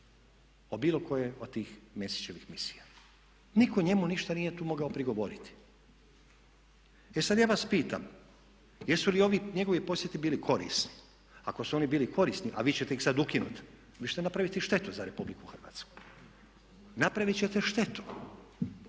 o bilo kojoj od tih Mesićevih misija. Nitko njemu ništa nije tu mogao prigovoriti. E sada ja vas pitam jesu li ovi njegovi posjeti bili korisni? Ako su oni bili korisni a vi ćete ih sada ukinuti, vi ćete napraviti štetu za RH, napraviti ćete štetu,